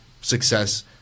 success